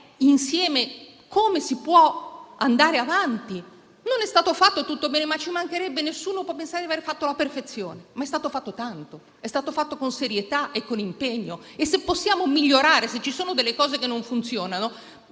è come si può andare avanti: non è stato fatto tutto bene, ci mancherebbe, e nessuno può pensare di aver fatto alla perfezione; è stato fatto tanto, però, con serietà e impegno. Se possiamo migliorare e ci sono cose che non funzionano,